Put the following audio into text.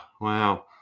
wow